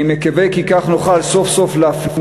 אני מקווה כי כך נוכל סוף-סוף להפנים